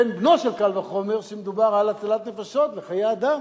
בן בנו של קל וחומר כשמדובר על הצלת נפשות וחיי אדם.